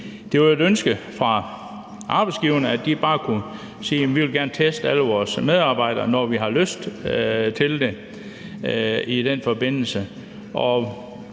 Det var et ønske fra arbejdsgiverne, at de bare skulle kunne sige: Vi vil gerne teste alle vores medarbejdere, når vi har lyst til det. Og det blev